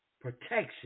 Protection